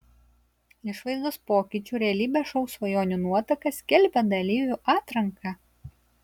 išvaizdos pokyčių realybės šou svajonių nuotaka skelbia dalyvių atranką